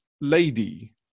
lady